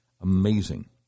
Amazing